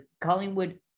Collingwood